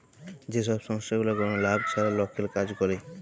যে ছব সংস্থাগুলা কল লাভ ছাড়া লকের কাজ ক্যরে